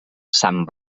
sant